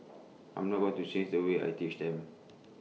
I'm not going to change the way I teach them